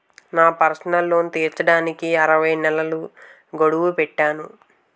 నా personal loan తీర్చడానికి అరవై నెలల గడువు పెట్టాను